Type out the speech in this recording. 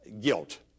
guilt